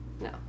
No